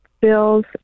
bills